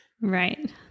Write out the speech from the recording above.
Right